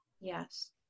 Yes